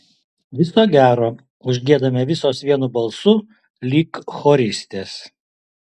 viso gero užgiedame visos vienu balsu lyg choristės